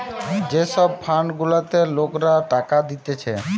যে সব ফান্ড গুলাতে লোকরা টাকা দিতেছে